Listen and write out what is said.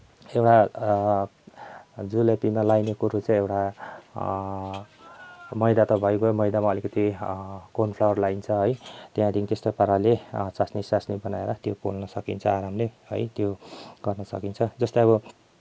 एउटा जुलपीमा लाग्ने कुरो चाहिँ एउटा मैदा त भइगयो मैदामा अलिकति कर्न फ्लोर लाइन्छ है त्यहाँदेखि त्यस्तै पाराले चास्नी चास्नी बनाएर त्यो पोल्न सकिन्छ आरामले है त्यो गर्न सकिन्छ जस्तै अब